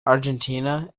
argentina